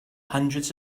hundreds